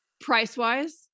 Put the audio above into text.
price-wise